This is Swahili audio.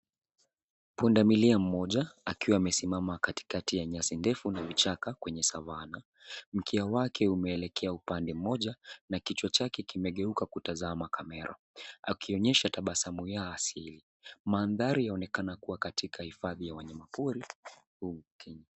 Pundamlia mmoja akiwa amesimama katikati ya nyasi ndefu na vichaka kwenye savana. Mkia wake umeelekea upande mmoja na kichwa chake kimegeuka kutazama kamera akionyesha tabasamu ya asili. Mandhari yaonekana kuwa katika hifadhi ya wanayamapori humu Kenya.